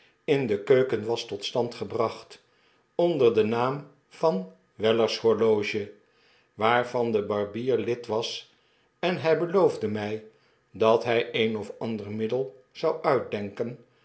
in de keuken was tot stand gebracht onder den naam van w e e r s h o r o g e waarvan de barbier lid was en hij beloofde mij dat hij een of ander middel zou uitdenken